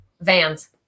Vans